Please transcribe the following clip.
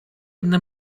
inne